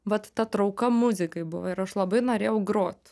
vat ta trauka muzikai buvo ir aš labai norėjau grot